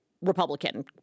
Republican